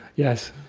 yes.